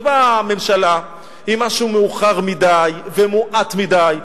ובאה הממשלה עם משהו מאוחר מדי ומועט מדי.